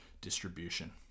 distribution